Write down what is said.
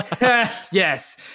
yes